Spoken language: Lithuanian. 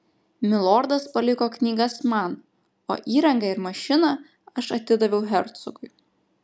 milordas paliko knygas man o įrangą ir mašiną aš atidaviau hercogui